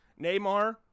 Neymar